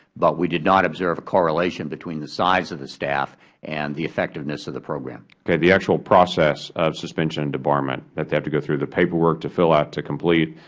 but we did not observe a correlation between the size of the staff and the effectiveness of the program. okay, the actual process of suspension and debarment that they have to go through, the paperwork to fill out, to complete,